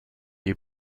you